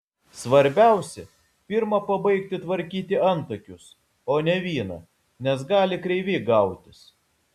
svarbiausia pirma pabaigti tvarkyti antakius o ne vyną nes gali kreivi gautis